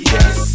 Yes